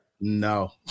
No